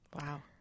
Wow